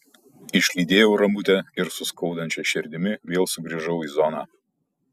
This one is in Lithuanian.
išlydėjau ramutę ir su skaudančia širdimi vėl sugrįžau į zoną